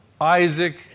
Isaac